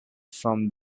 from